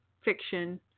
fiction